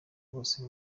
bose